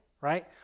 right